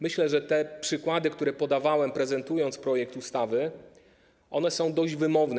Myślę, że te przykłady, które podawałem, prezentując projekt ustawy, są dość wymowne.